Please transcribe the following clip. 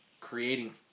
creating